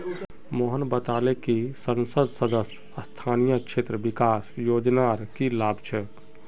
मोहन बताले कि संसद सदस्य स्थानीय क्षेत्र विकास योजनार की लाभ छेक